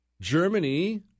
Germany